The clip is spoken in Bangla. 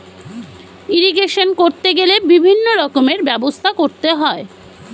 ইরিগেশন করতে গেলে বিভিন্ন রকমের ব্যবস্থা করতে হয়